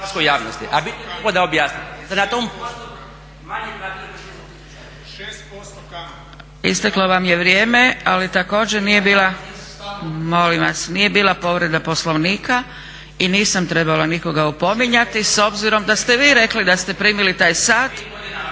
Isteklo vam je vrijeme ali također nije bila povreda Poslovnika i nisam trebala nikoga opominjati s obzirom da ste vi rekli da ste primili taj sat